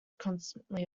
constantly